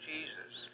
Jesus